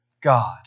God